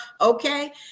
Okay